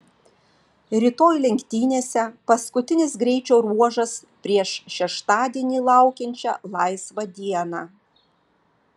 rytoj lenktynėse paskutinis greičio ruožas prieš šeštadienį laukiančią laisvą dieną